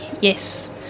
yes